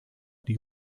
die